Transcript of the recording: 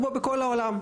כמו בכל העולם.